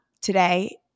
Today